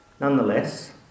Nonetheless